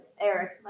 Eric